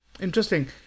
Interesting